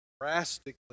drastically